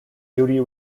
duty